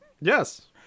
Yes